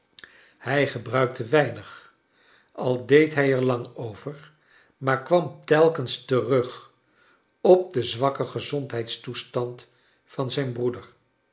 hij gebruikte weinig al deed hij er lang over maar kwam telkens terug op den zwakken gezondheidstoestand van zijn broeder